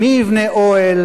מי יבנה אוהל